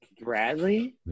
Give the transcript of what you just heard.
Bradley